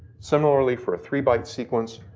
similarly for a three byte sequence,